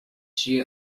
she